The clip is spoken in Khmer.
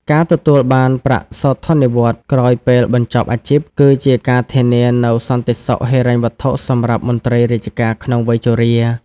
ការទទួលបានប្រាក់សោធននិវត្តន៍ក្រោយពេលបញ្ចប់អាជីព គឺជាការធានានូវសន្តិសុខហិរញ្ញវត្ថុសម្រាប់មន្ត្រីរាជការក្នុងវ័យជរា។